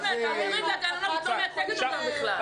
המורים והגננות את לא מייצגת אותם בכלל.